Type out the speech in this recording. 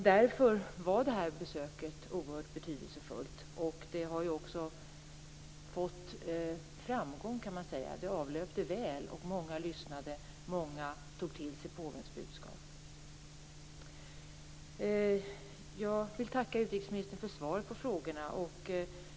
Därför var besöket oerhört betydelsefullt. Det har också blivit framgångsrikt. Besöket avlöpte väl, och många lyssnade och tog till sig påvens budskap. Jag vill tacka utrikesministern för svaren på frågorna.